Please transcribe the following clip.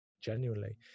genuinely